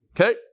Okay